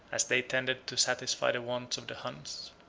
as they tended to satisfy the wants of the huns.